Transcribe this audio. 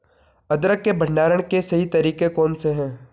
अदरक के भंडारण के सही तरीके कौन से हैं?